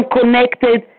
connected